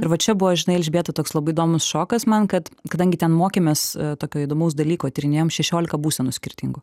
ir va čia buvo žinai elžbieta toks labai įdomus šokas man kad kadangi ten mokėmės tokio įdomaus dalyko tyrinėjom šešiolika būsenų skirtingų